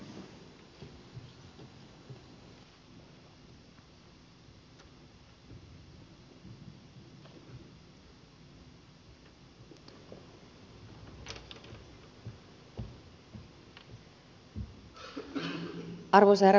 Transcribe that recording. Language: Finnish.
arvoisa herra puhemies